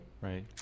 Right